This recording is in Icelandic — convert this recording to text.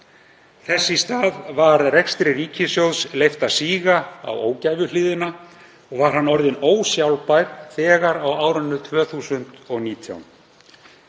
Þess í stað var rekstri ríkissjóðs leyft að síga á ógæfuhliðina og var hann orðinn ósjálfbær þegar á árinu 2019.